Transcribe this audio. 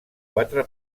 quatre